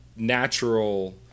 natural